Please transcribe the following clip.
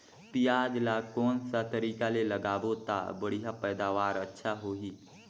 पियाज ला कोन सा तरीका ले लगाबो ता बढ़िया पैदावार अच्छा होही?